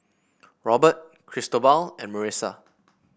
Robert Cristobal and Marissa